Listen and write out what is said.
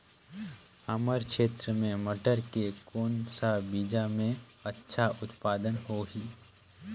हमर क्षेत्र मे मटर के कौन सा बीजा मे अच्छा उत्पादन होही?